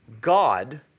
God